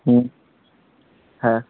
হুম হ্যাঁ